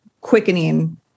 quickening